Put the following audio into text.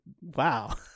wow